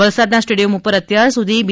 વલસાડના સ્ટેડિયમ ઉપર અત્યાર સુધી બી